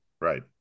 right